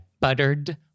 buttered